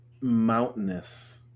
mountainous